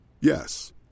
Yes